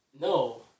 No